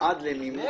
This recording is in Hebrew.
ללא זה.